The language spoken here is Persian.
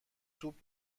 توپ